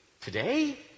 Today